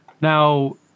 Now